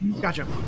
Gotcha